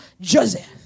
Joseph